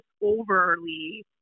overly